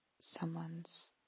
someone's